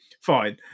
fine